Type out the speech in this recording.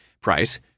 price